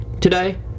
today